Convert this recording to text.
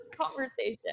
conversation